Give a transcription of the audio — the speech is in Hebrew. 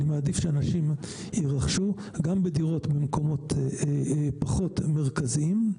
אני מעדיף שאנשים ירכשו גם בדירות במקומות פחות מרכזיים,